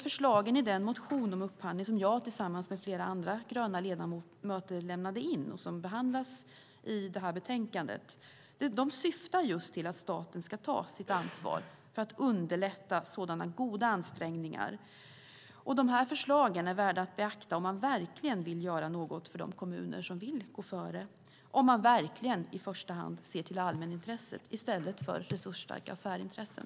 Förslagen i den motion om upphandling som jag tillsammans med flera andra gröna ledamöter lämnade in och som behandlas i detta betänkande syftar just till att staten ska ta sitt ansvar för att underlätta sådana goda ansträngningar. De här förslagen är värda att beakta om man verkligen vill göra något för de kommuner som vill gå före, om man verkligen i första hand ser till allmänintresset i stället för resursstarka särintressen.